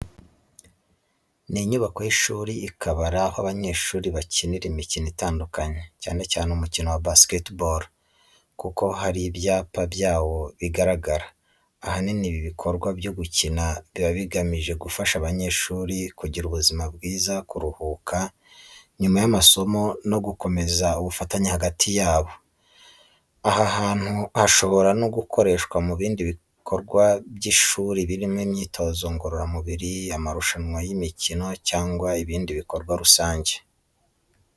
Ni inyubako y’ishuri ikaba ari aho abanyeshuri bakinira imikino itandukanye, cyane cyane umukino wa basketball kuko hari ibyapa byawo bigaragara. Ahanini ibi bikorwa byo gukinira biba bigamije gufasha abanyeshuri kugira ubuzima bwiza kuruhuka nyuma y’amasomo no gukomeza ubufatanye hagati yabo. Aha hantu hashobora no gukoreshwa mu bindi bikorwa by’ishuri birimo imyitozo ngororamubiri, amarushanwa y’imikino cyangwa ibindi bikorwa rusange.